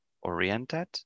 oriented